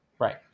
Right